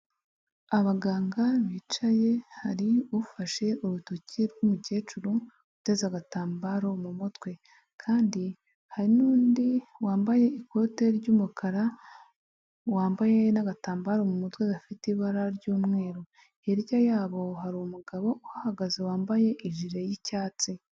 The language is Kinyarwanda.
Abaganga bicaye hari ufashe urutoki rw'umukecuru uteze agatambaro mu mutwe kandi hari n'undi wambaye ikote ry'umukara, wambaye n'agatambaro mu mutwe gafite ibara ry'umweru, hirya yabo hari umugabo uhagaze wambaye ijire y'icyatsi.